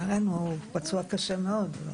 ערן, הוא פצוע קשה מאוד.